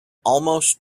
almost